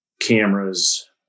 cameras